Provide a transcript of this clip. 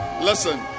listen